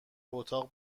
اتاق